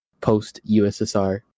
post-USSR